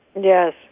Yes